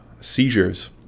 seizures